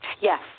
Yes